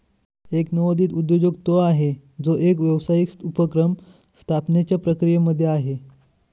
एक नवोदित उद्योजक तो आहे, जो एक व्यावसायिक उपक्रम स्थापण्याच्या प्रक्रियेमध्ये आहे